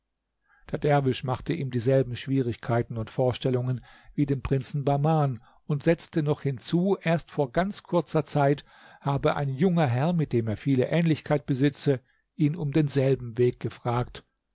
der derwisch machte ihm dieselben schwierigkeiten und vorstellungen wie dem prinzen bahman und setzte noch hinzu erst vor ganz kurzer zeit habe ein junger herr mit dem er viele ähnlichkeit besitze ihn um denselben weg gefragt